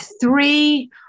three